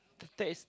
that is